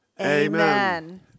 Amen